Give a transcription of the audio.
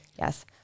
Yes